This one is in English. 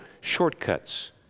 shortcuts